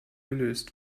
gelöst